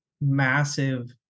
massive